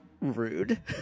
rude